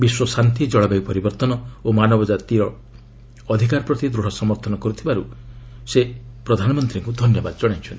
ବିଶ୍ୱ ଶାନ୍ତି ଜଳବାୟୁ ପରିବର୍ତ୍ତନ ଓ ମାନବାଧିକାର ପ୍ରତି ଦୃଢ଼ ସମର୍ଥନ କରୁଥିବାରୁ ସେ ପ୍ରଧାନମନ୍ତ୍ରୀଙ୍କୁ ଧନ୍ୟବାଦ ଜଣାଇଛନ୍ତି